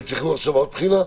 הם צריכים עכשיו עוד בחינה?